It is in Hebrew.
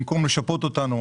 במקום לשפות אותנו,